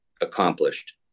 accomplished